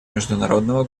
международного